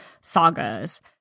sagas